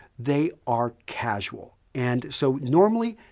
they are casual. and so normally,